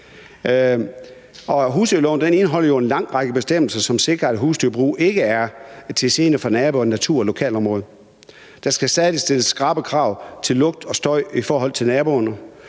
husdyrloven indeholder jo en lang række bestemmelser, som sikrer, at husdyrbrug ikke er til gene for naboer, natur og lokalområde. Der skal stadig stilles skrappe krav til lugt og støj i forhold til naboerne,